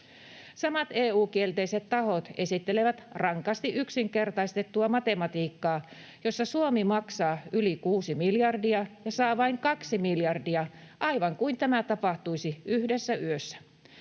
Samat EU-kielteiset tahot esittelevät rankasti yksinkertaistettua matematiikkaa, jossa Suomi maksaa yli kuusi miljardia ja saa vain kaksi miljardia, aivan kuin tämä tapahtuisi yhdessä yössä.